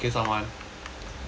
nice